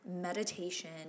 meditation